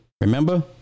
Remember